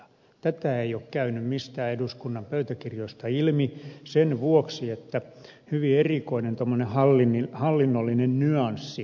tämä ei ole käynyt mistään eduskunnan pöytäkirjoista ilmi sen vuoksi että siinä on hyvin erikoinen tuommoinen hallinnollinen nyanssi